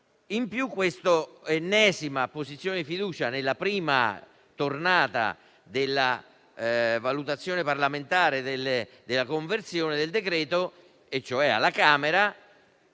in più questa ennesima posizione fiducia nella prima tornata della valutazione parlamentare della conversione del decreto, e cioè alla Camera,